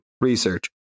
research